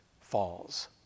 falls